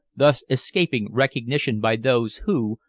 thus escaping recognition by those who,